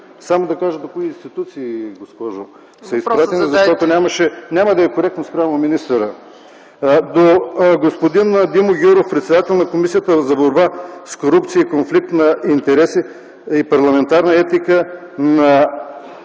Само да кажа до кои институции са изпратени, госпожо председател, защото няма да е коректно спрямо министъра. До господин Димо Гяуров – председател на Комисията за борба с корупцията и конфликт на интереси и парламентарна етика, на